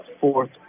fourth